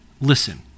listen